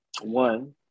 One